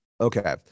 Okay